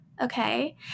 okay